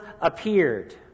appeared